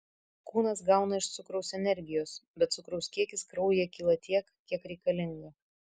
kūnas gauna iš cukraus energijos bet cukraus kiekis kraujyje kyla tiek kiek reikalinga